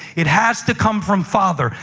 it has to come from father.